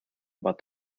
about